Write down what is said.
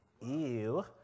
Ew